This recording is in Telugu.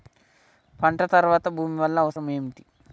పంట తర్వాత భూమి వల్ల అవసరం ఏమిటి?